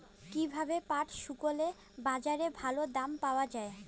কীভাবে পাট শুকোলে বাজারে ভালো দাম পাওয়া য়ায়?